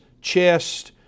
chest